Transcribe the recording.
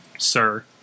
sir